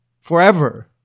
forever